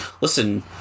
listen